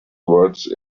words